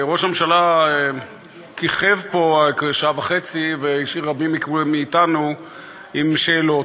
ראש הממשלה כיכב פה שעה וחצי והשאיר רבים מאתנו עם שאלות,